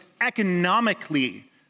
economically